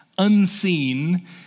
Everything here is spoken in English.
unseen